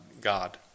God